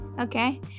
Okay